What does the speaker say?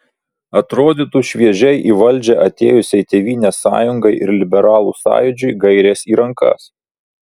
atrodytų šviežiai į valdžią atėjusiai tėvynės sąjungai ir liberalų sąjūdžiui gairės į rankas